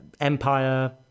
empire